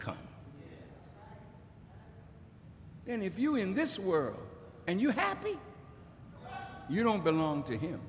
come and if you in this world and you happy you don't belong to him